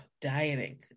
dieting